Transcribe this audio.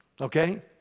Okay